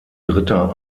dritter